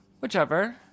Whichever